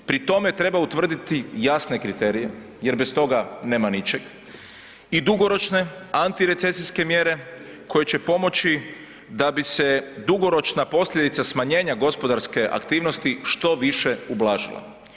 Pri tome treba utvrditi jasne kriterije jer bez toga nema ničeg i dugoročne antirecesijske mjere koje će pomoći da bi se dugoročna posljedica smanjenja gospodarske aktivnosti što više ublažila.